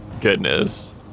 Goodness